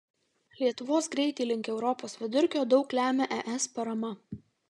lietuvos greitį link europos vidurkio daug lemia es parama